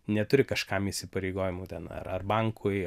neturi kažkam įsipareigojimų ten ar ar bankui